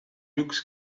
looks